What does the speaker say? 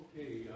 Okay